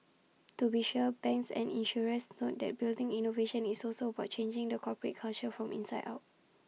to be sure banks and insurers note that building innovation is also about changing the corporate culture from inside out